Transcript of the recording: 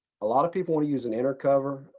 a lot of people want to use an inner cover.